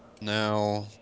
Now